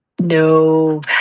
no